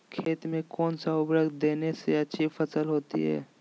खेत में कौन सा उर्वरक देने से अच्छी फसल होती है?